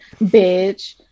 bitch